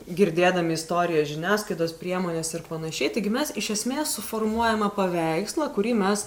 girdėdami istorijas žiniasklaidos priemonės ir panašiai taigi mes iš esmės suformuojama paveikslą kurį mes